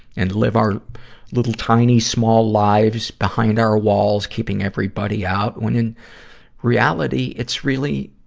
and live our little, tiny, small lives behind our walls, keeping everybody out, when in reality it's really,